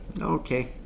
Okay